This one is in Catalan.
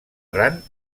ran